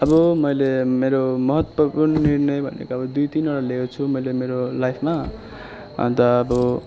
अब मैले मेरो महत्त्वपूर्ण निर्णय भनेको अब दुई तिनवटा लिएको छु मैले मेरो लाइफमा अन्त अब